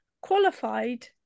qualified